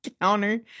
counter